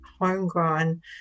homegrown